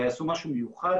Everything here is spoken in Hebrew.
הם יעשו משהו מיוחד,